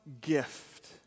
gift